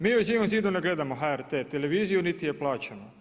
Mi u Živom zidu ne gledamo HRT televiziju niti je plaćamo.